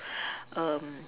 um